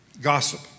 gossip